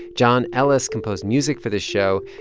john ellis composed music for this show,